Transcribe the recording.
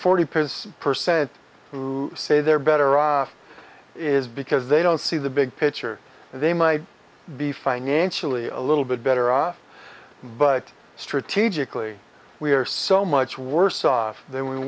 percent percent who say they're better off is because they don't see the big picture they might be financially a little bit better off but strategically we are so much worse off than we